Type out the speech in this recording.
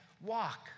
walk